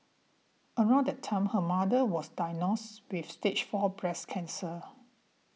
around that time her mother was diagnosed with Stage Four breast cancer